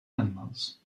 animals